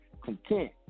content